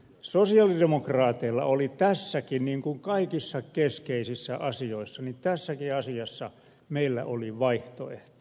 sosialidemokraateilla oli tässäkin asiassa niin kuin kaikissa keskeisissä asioissa vaihtoehto